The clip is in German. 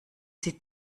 sie